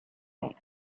band